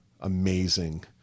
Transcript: amazing